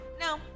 no